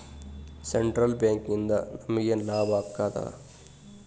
Central ಬ್ಯಾಂಕಿಂದ ನಮಗೇನ್ ಲಾಭಾಗ್ತದ?